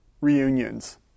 reunions